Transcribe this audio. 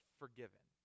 forgiven